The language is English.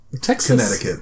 Connecticut